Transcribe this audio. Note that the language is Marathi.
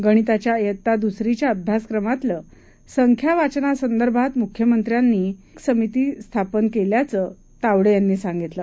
गणिताच्या वित्ता दुसरीच्या अभ्यासक्रमातलं संख्यावाचनासंदर्भात मुख्यमंत्र्यांनी या एक समिती स्थापन केल्याचं तावडे यांनी सांगितलं